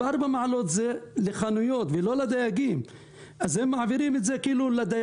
אבל 4 מעלות זה לחנויות ולא לדייגים אבל הם מעבירים את זה לדייגים.